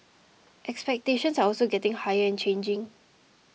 expectations are also getting higher and changing